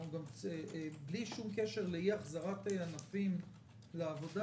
בלי שום קשר לאי החזרת ענפים לעבודה,